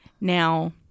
Now